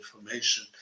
information